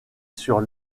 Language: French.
sur